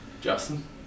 Justin